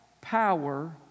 power